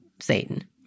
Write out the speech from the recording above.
Satan